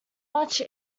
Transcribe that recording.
much